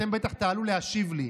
אתם בטח תעלו להשיב לי,